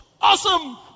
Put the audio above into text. Awesome